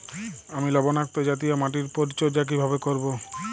আমি লবণাক্ত জাতীয় মাটির পরিচর্যা কিভাবে করব?